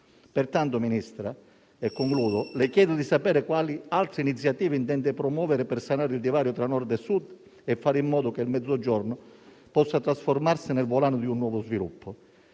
Pertanto, signora Ministra, in conclusione le chiedo di sapere quali altre iniziative intende promuovere per sanare il divario tra Nord e Sud e fare in modo che il Mezzogiorno possa trasformarsi nel volano di un nuovo sviluppo.